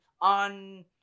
on